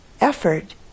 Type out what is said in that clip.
effort